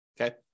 okay